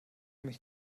mich